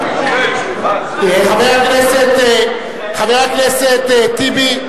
חבר הכנסת טיבי,